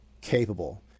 capable